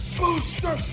booster